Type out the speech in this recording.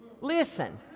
Listen